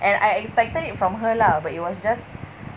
and I expected it from her lah but it was just